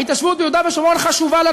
ההתיישבות ביהודה ושומרון חשובה לנו.